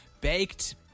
Baked